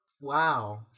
Wow